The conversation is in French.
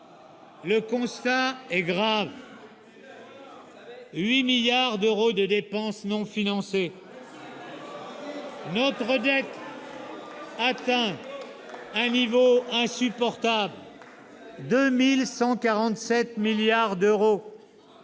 Le constat est grave : 8 milliards d'euros de dépenses non financées. Notre dette atteint un niveau insupportable de 2 147 milliards d'euros.